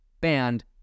banned